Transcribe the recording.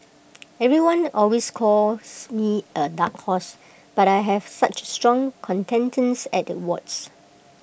everyone always calls me A dark horse but I have such strong contenders at the awards